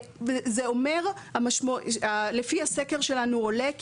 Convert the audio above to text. וזה אומר שלפי הסקר שלנו עולה,